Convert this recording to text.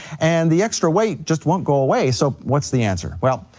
and the extra weight just won't go away, so what's the answer? well,